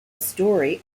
story